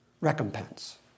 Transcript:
recompense